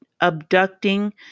abducting